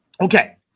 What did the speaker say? Okay